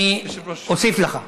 אני אוסיף לך.